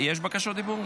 יש בקשות דיבור?